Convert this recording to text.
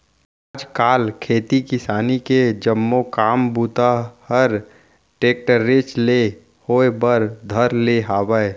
आज काल खेती किसानी के जम्मो काम बूता हर टेक्टरेच ले होए बर धर ले हावय